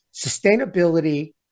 sustainability